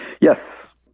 Yes